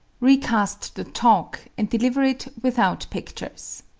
recast the talk and deliver it without pictures.